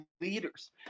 leaders